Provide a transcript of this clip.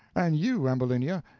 and you, ambulinia,